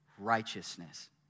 righteousness